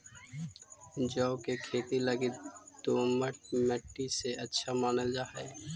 जौ के खेती लगी दोमट मट्टी सबसे अच्छा मानल जा हई